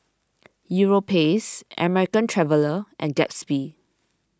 Europace American Traveller and Gatsby